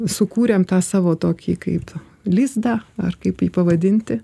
sukūrėm tą savo tokį kaip lizdą ar kaip jį pavadinti